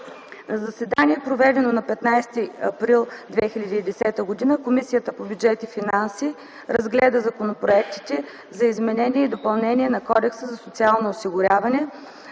заседание, проведено на 15 април 2010 г., Комисията по бюджет и финанси разгледа законопроектите за изменение и допълнение на Кодекса за социално осигуряване: